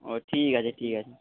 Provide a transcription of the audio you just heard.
ও ঠিক আছে ঠিক আছে